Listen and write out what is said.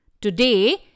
Today